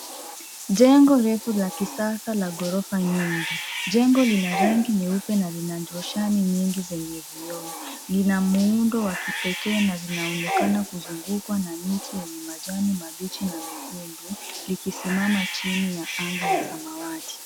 Jengo refu la kisasa la ghorofa nyingi. Jengo lina rangi nyingi nyeupe na lina roshani nyingi zenye vioo. Lina muundo ya kipekee na linaonekana kuzungukwa na miti yenye majani mabichi na mekundu, likisimama chini ya anga la samawati.